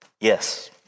Yes